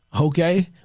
Okay